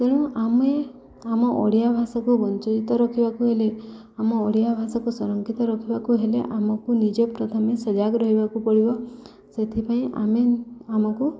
ତେଣୁ ଆମେ ଆମ ଓଡ଼ିଆ ଭାଷାକୁ ବଞ୍ଚିତ ରଖିବାକୁ ହେଲେ ଆମ ଓଡ଼ିଆ ଭାଷାକୁ ସଂରକ୍ଷିତ ରଖିବାକୁ ହେଲେ ଆମକୁ ନିଜେ ପ୍ରଥମେ ସଜାଗ ରହିବାକୁ ପଡ଼ିବ ସେଥିପାଇଁ ଆମେ ଆମକୁ